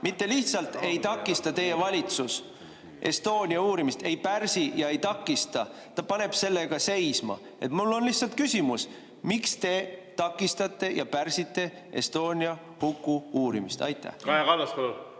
mitte lihtsalt ei takista Estonia uurimist, ei pärsi ja ei takista, vaid ta paneb selle ka seisma. Mul on lihtsalt küsimus: miks te takistate ja pärsite Estonia huku uurimist? Oli